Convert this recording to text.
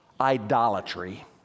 idolatry